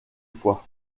foix